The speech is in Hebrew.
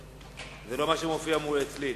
זה לא מה שמופיע אצלי.